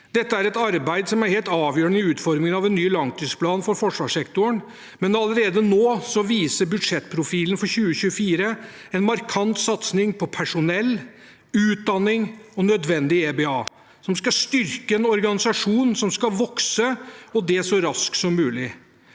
Dette er et arbeid som er helt avgjørende i utformingen av en ny langtidsplan for forsvarssektoren. Men allerede nå viser budsjettprofilen for 2024 en markant satsing på personell, utdanning og nødvendig EBA, som skal styrke en organisasjon som skal vokse, og det så raskt som mulig.